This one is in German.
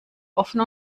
offen